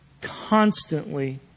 constantly